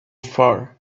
far